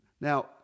now